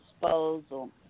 disposal